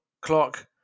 Clock